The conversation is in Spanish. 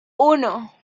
uno